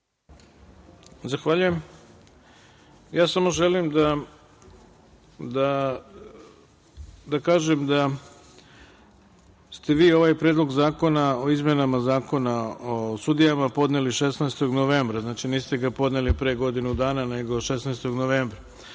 Zahvaljujem. Samo želim da kažem da ste vi ovaj Predlog zakona o izmenama Zakona o sudijama podneli 16. novembra, znači niste ga podneli pre godinu dana, nego 16. novebra.